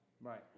Right